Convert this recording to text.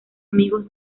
amigos